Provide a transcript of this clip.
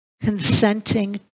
consenting